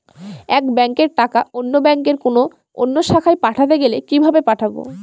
এক ব্যাংকের টাকা অন্য ব্যাংকের কোন অন্য শাখায় পাঠাতে গেলে কিভাবে পাঠাবো?